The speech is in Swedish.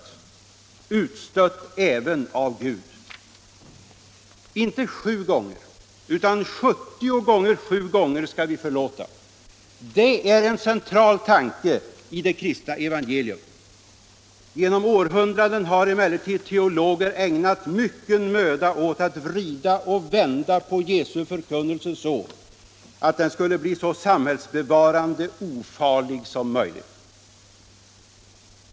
Utstött även av Gud. Inte sju gånger utan sjuttio gånger sju gånger skall vi förlåta. Det är en central tanke i det kristna evangeliet. Genom århundraden har emellertid teologer ägnat mycken möda åt att vrida och vända på Jesu förkunnelse så att den skulle bli så samhällsbevarande ofarlig som möjligt.